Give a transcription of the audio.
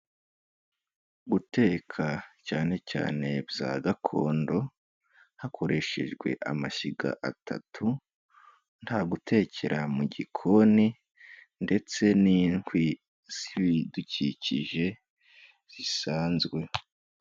Guteka cyane cyane bya gakondo hakoreshejwe amashyiga atatu, nta gutekera mu gikoni ndetse n'inkwi z'ibidukikije zisanzwe.